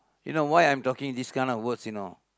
you know why I am talking these kind of words you know